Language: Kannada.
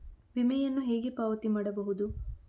ವಿಮೆಯನ್ನು ಹೇಗೆ ಪಾವತಿ ಮಾಡಬಹುದು?